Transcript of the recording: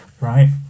Right